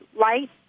light